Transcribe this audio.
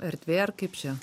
erdvė ar kaip čia